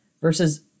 versus